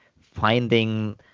finding